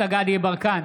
יברקן,